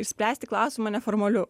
išspręsti klausimą neformaliu